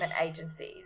agencies